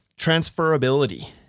transferability